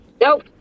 Nope